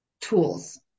tools